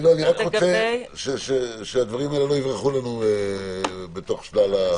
אני רק רוצה שהדברים האלה לא יברחו לנו בתוך שלל הדברים.